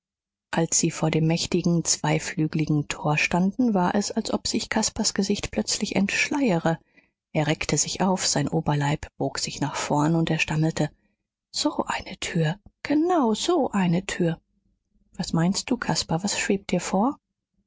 als sie vor dem mächtigen zweiflügeligen tor standen war es als ob sich caspars gesicht plötzlich entschleiere er reckte sich auf sein oberleib bog sich nach vorn und er stammelte so eine tür genau so eine tür was meinst du caspar was schwebt dir vor